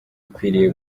ukwiriye